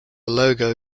logo